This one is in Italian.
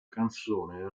canzone